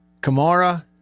Kamara